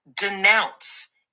denounce